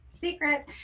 secret